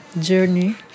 Journey